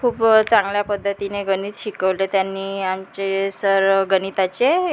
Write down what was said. खूप चांगल्या पद्धतीने गणित शिकवले त्यांनी आमचे सर गणिताचे